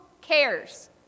cares